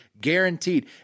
guaranteed